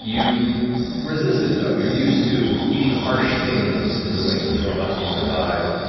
you resist it, though. you're used to eating harsh things in the wastes of xhorhas to survive,